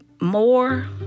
more